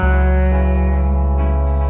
eyes